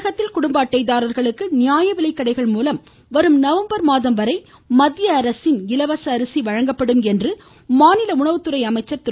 தமிழகத்தில் குடும்ப அட்டைதாரர்களுக்கு நியாயவிலைக்கடைகள் மூலம் வரும் நவம்பர் மாதம் வரை மத்திய அரசின் இலவச அரிசி வழங்கப்படும் என்று மாநில உணவுத்துறை திரு